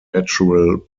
natural